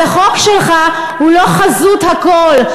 אז החוק שלך הוא לא חזות הכול,